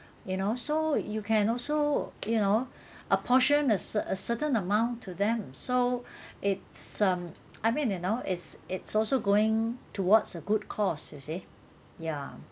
you know so you can also you know a portion a c~ a certain amount to them so it's um I mean you know it's it's also going towards a good cause you see ya